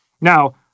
Now